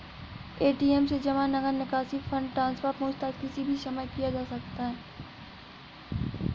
ATM से जमा, नकद निकासी, फण्ड ट्रान्सफर, पूछताछ किसी भी समय किया जा सकता है